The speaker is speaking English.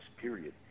period